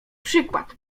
przykład